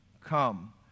come